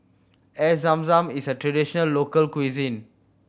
Air Zam Zam is a traditional local cuisine